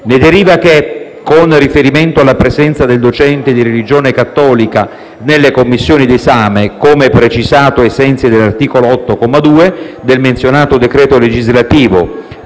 Ne deriva che, con riferimento alla presenza del docente di religione cattolica nelle commissioni d'esame, come precisato ai sensi dell'articolo 8, comma 2, del menzionato decreto legislativo,